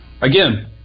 again